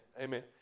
Amen